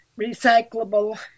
recyclable